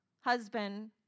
husband